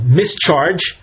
mischarge